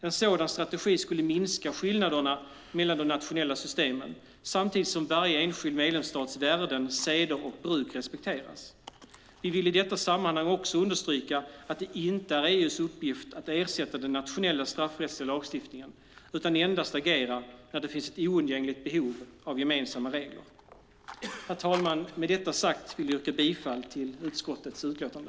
En sådan strategi skulle minska skillnaderna mellan de nationella systemen samtidigt som varje enskild medlemsstats värden, seder och bruk respekteras. Vi vill i detta sammanhang understryka att det inte är EU:s uppgift att ersätta den nationella straffrättsliga lagstiftningen utan endast agera när det finns ett oundgängligt behov av gemensamma regler. Herr talman! Med detta sagt vill jag yrka bifall till utskottets förslag till utlåtande.